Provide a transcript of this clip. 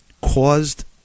caused